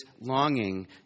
longing